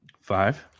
five